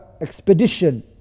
expedition